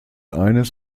eines